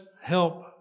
help